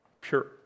pure